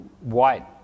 white